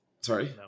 Sorry